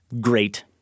great